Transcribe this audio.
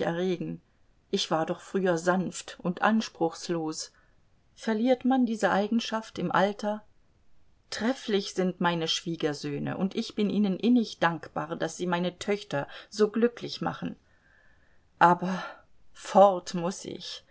erregen ich war doch früher sanft und anspruchslos verliert man diese eigenschaft im alter trefflich sind meine schwiegersöhne und ich bin ihnen innig dankbar daß sie meine töchter so glücklich machen aber fort muß ich